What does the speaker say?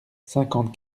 cinquante